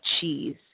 cheese